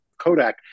Kodak